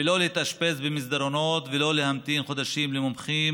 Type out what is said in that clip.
ולא להתאשפז במסדרונות ולא להמתין חודשים למומחים